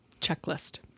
checklist